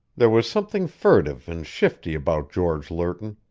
there was something furtive and shifty about george lerton,